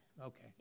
Okay